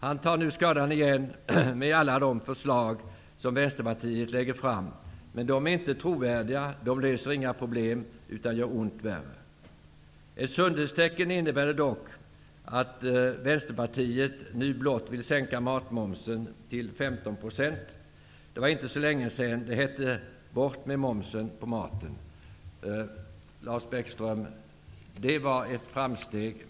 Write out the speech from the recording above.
Han tar igen skadan med alla de förslag som Vänsterpartiet nu lägger fram. Men de är inte trovärdiga, och de löser inga problem. De gör bara ont värre. Det utgör dock ett sundhetstecken att Vänsterpartiet nu vill sänka matmomsen till 15 %. Det var inte så länge sedan som det hette: ''Bort med momsen på maten!'' Det här var ett framsteg, Lars Bäckström.